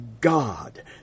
God